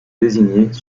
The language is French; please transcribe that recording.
désignés